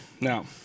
Now